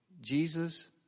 Jesus